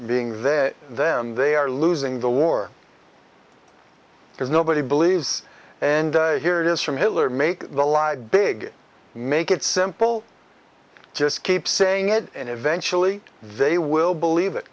being there them they are losing the war because nobody believes and here it is from hitler make the lied big make it simple just keep saying it and eventually they will believe it